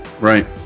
Right